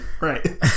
right